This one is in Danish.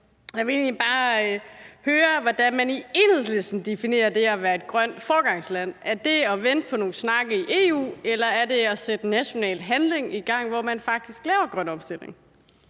definerer det at være et grønt foregangsland. Er det at vente på nogle snakke i EU, eller er det at sætte national handling i gang, hvor man faktisk laver grøn omstilling?